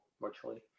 virtually